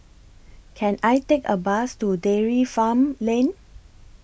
Can I Take A Bus to Dairy Farm Lane